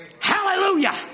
hallelujah